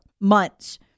months